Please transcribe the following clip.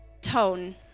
tone